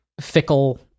fickle